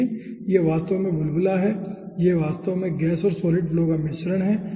देखिए यह वास्तव में बुलबुला है यह वास्तव में गैस और सॉलिड फ्लो का मिश्रण है